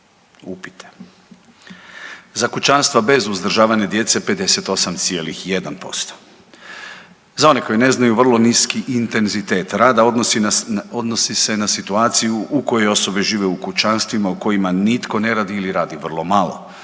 upijte, za kućanstva bez uzdržavanja djece 58,1%. Za one koji ne znaju vrlo niski intenzitet rada odnosi se na situaciju u kojoj osobe žive u kućanstvima u kojima nitko ne radi ili radi vrlo malo